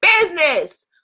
business